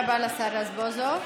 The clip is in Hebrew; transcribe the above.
תודה רבה לשר רזבוזוב.